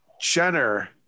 Jenner